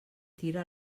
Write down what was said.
tira